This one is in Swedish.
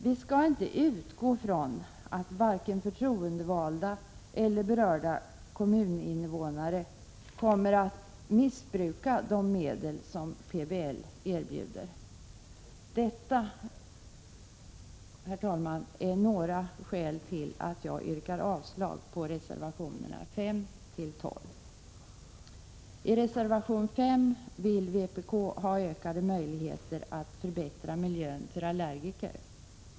Vi skall inte utgå ifrån att vare sig förtroendevalda eller berörda kommuninvånare kommer att missbruka de medel som PBL erbjuder. Detta, herr talman, är några av skälen till att jag yrkar avslag på reservationerna 5—-12. I reservation 5 vill man från vpk ha ökade möjligheter att förbättra miljön för allergiker.